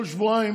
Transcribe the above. כל שבועיים